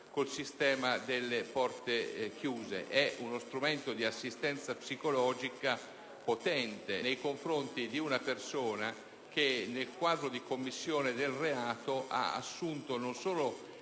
il sistema delle porte chiuse. È un potente strumento di assistenza psicologica nei confronti di una persona che, nel quadro della commissione del reato, ha assunto, non solo